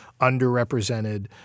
underrepresented